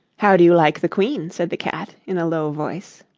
how do you like the queen said the cat in a low voice.